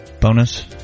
bonus